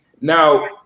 Now